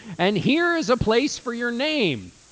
and here is a place for your name.